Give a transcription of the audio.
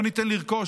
לא ניתן לרכוש,